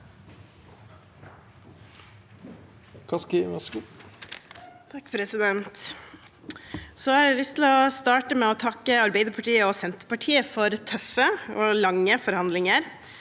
har lyst til å starte med å takke Arbeiderpartiet og Senterpartiet for tøffe og lange forhandlinger.